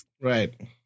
Right